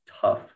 tough